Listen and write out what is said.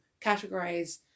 categorize